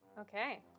okay